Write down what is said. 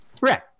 Right